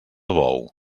bou